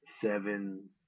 Seven